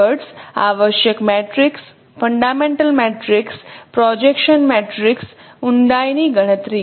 keywords આવશ્યક matrix fundamental matrix projection matrix ઊંડાઈ ની ગણતરી